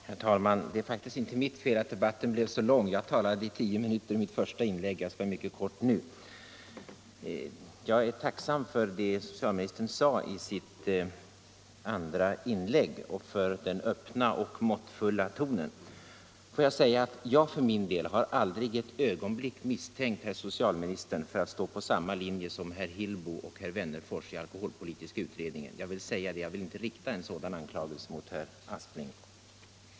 Herr talman! Det är faktiskt inte mitt fel att debatten blev så lång — jag talade i tio minuter i mitt första inlägg. Jag skall vara mycket kortfattad nu. Jag är tacksam för det socialministern sade i sitt andra inlägg och för den öppna och måttfulla tonen. Får jag säga att jag för min del har aldrig ett ögonblick misstänkt herr socialministern för att stå på samma linje som herr Hillbo och herr Wennerfors i alkoholpolitiska utredningen. Jag vill säga det — jag vill inte rikta en sådan anklagelse mot herr Aspling.